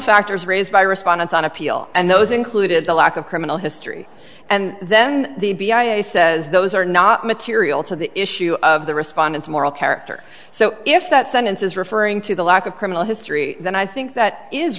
factors raised by respondents on appeal and those included the lack of criminal history and then the b i a says those are not material to the issue of the respondents moral character so if that sentence is referring to the lack of criminal history then i think that is